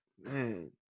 Man